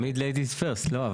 ladies First, לא?